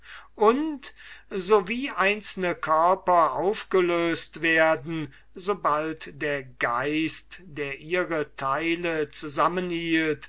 und so wie einzelne körper aufgelöst werden sobald der geist der ihre teile